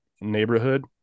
neighborhood